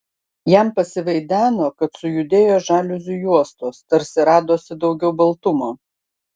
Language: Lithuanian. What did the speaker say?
jam pasivaideno kad sujudėjo žaliuzių juostos tarsi radosi daugiau baltumo